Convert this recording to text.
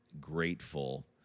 grateful